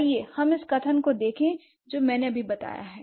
आइए हम इस कथन को देखें जो मैंने अभी बताया है